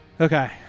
okay